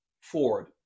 Ford